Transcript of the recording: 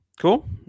cool